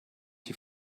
die